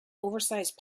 oversized